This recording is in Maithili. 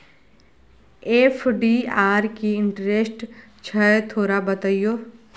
एफ.डी पर की इंटेरेस्ट छय थोरा बतईयो?